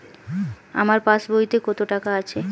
আমার পাস বইতে কত টাকা আছে?